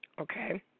Okay